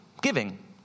Giving